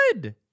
good